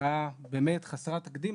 השקעה באמת חסרת תקדים.